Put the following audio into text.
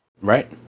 Right